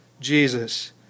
Jesus